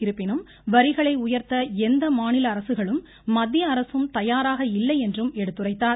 இருப்பினும் வரிகளை உயர்த்த எந்த மாநில அரசுகளும் மத்திய அரசும் தயாராக இல்லை என்றும் எடுத்துரைத்தார்